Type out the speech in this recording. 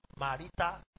Marita